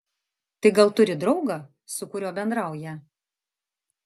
tai gal turi draugą su kuriuo bendrauja